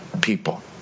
people